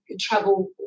travel